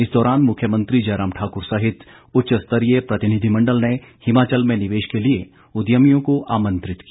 इस दौरान मुख्यमंत्री जयराम ठाकुर सहित उच्च स्तरीय प्रतिनिधिमंडल ने हिमाचल में निवेश के लिए उद्यमियों को आमंत्रित किया